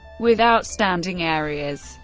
without standing areas.